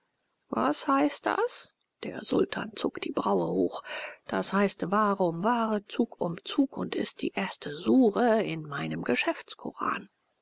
was heißt das der sultan zog die braue hoch das heißt ware um ware zug um zug und ist die erste sure in meinem